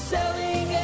Selling